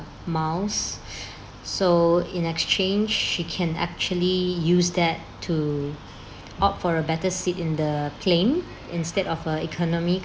miles so in exchange he can actually use that to opt for a better seat in the plane instead of uh economy